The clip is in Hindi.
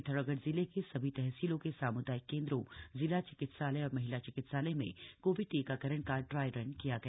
पिथौरागढ़ जिले के सभी तहसीलों के साम्दायिक केंद्रों जिला चिकितसालय और महिला चिकितसालय में कोविड टीकाकरण का ड्राईरन किया गया